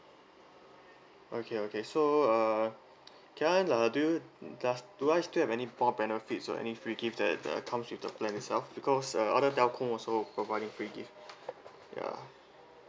okay okay so uh can I ask do you does do I still have any more benefits or any free give that uh comes with the plan itself because uh other telco also providing free gift ya